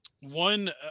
one